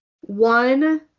one